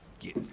Yes